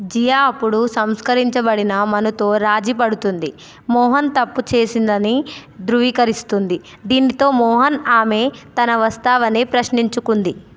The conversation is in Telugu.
జియా అప్పుడు సంస్కరించబడిన మనుతో రాజీపడుతుంది మోహన్ తప్పుచేసిందని ధృవీకరిస్తుంది దీనితో మోహన్ ఆమె తన వస్తావనే ప్రశ్నించుకుంది